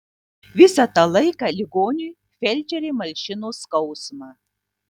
visą tą laiką ligoniui felčerė malšino skausmą